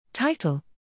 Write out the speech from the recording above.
Title